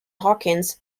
hawkins